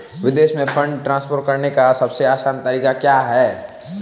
विदेश में fund transfer करने का सबसे आसान तरीका क्या है?